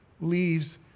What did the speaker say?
leaves